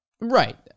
right